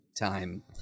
time